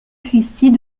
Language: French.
christie